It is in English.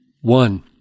One